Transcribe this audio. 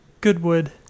Goodwood